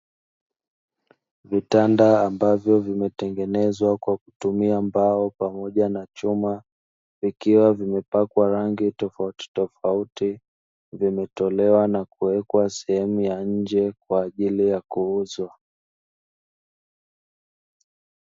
Vitanda ambavyo vimetengenezwa kwa kutumia mbao pamoja na chuma, vikiwa vimepakwa rangi tofauti tofauti, vimetolewa na kuwekwa sehemu ya nje kwa ajili ya kuuzwa.